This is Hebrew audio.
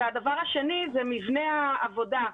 והדבר השני זה מבנה העבודה,